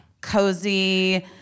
cozy